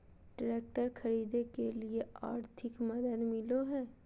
Tractor खरीदे के लिए आर्थिक मदद मिलो है?